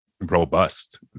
robust